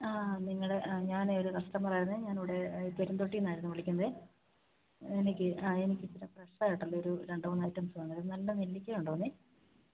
ആ നിങ്ങളുടെ ഞാൻ ഒരു കസ്റ്റമറാണേ ഞാനിവിടെ പെരുന്തോട്ടിയിൽ നിന്നായിരുന്നു വിളിക്കുന്നത് എനിക്ക് ആ എനിക്ക് ഇച്ചിരി ഫ്രഷായിട്ടുള്ള ഒരു രണ്ട് മൂന്ന് ഐറ്റംസ് വേണമായിരുന്നു നല്ല നെല്ലിക്ക ഉണ്ടോ